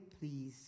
please